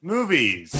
Movies